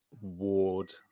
Ward